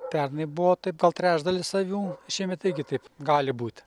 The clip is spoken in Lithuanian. pernai buvo taip gal trečdalis avių šiemet irgi taip gali būt